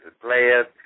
players